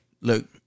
look